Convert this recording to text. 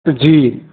जी